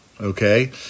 okay